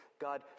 God